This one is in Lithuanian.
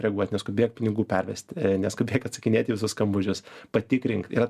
reaguot neskubėk pinigų pervesti neskubėk atsakinėti į visus skambučius patikrink yra